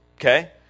okay